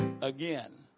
again